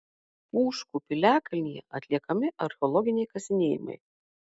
pūškų piliakalnyje atliekami archeologiniai kasinėjimai